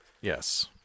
Yes